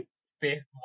Space